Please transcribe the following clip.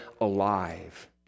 alive